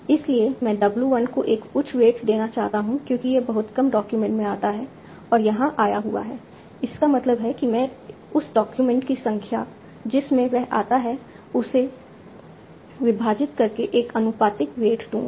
इसलिए मैं w 1 को एक उच्च वेट देना चाहता हूं क्योंकि यह बहुत कम डॉक्यूमेंट में आता है और यहां आया हुआ है इसका मतलब है कि मैं उस डॉक्यूमेंट की संख्या जिसमें वह आता है से विभाजित करके एक आनुपातिक वेट दूंगा